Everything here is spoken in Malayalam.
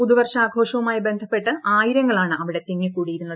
പുതുവർഷാഘോഷവുമായി ബന്ധപ്പെട്ട് ആയിരങ്ങളാണ് അവിടെ തിങ്ങിക്കൂടിയിരുന്നത്